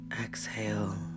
Exhale